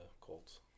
Colts